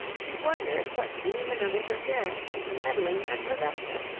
she wondered what demon of interference and meddling had possessed her,